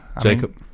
jacob